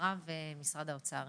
אחריו משרד האוצר.